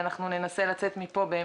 ננסה לצאת מפה עם